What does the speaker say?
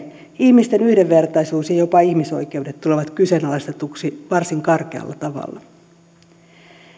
ihmisten yhdenvertaisuus ja jopa ihmisoikeudet tulevat kyseenalaistetuiksi varsin karkealla tavalla